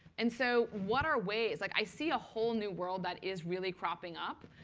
and so what are ways? like i see a whole new world that is really cropping up.